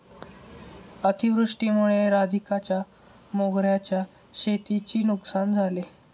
अतिवृष्टीमुळे राधिकाच्या मोगऱ्याच्या शेतीची नुकसान झाले